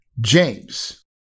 James